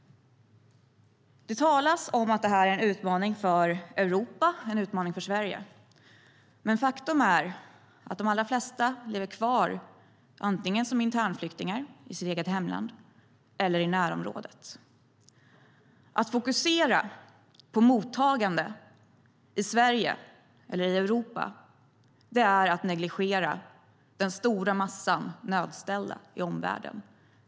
Det talas om att det här är en utmaning för Europa och för Sverige. Men faktum är att de allra flesta lever kvar, antingen som internflyktingar i sitt eget hemland eller i närområdet. Att fokusera på mottagande i Sverige eller i Europa är att negligera den stora massan nödställda i omvärlden.